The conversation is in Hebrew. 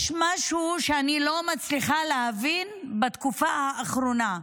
יש משהו שאני לא מצליחה להבין בתקופה האחרונה.